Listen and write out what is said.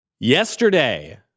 Yesterday